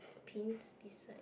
paint this side